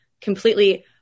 completely